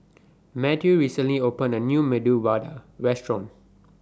Matthew recently opened A New Medu Vada Restaurant